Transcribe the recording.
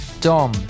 Dom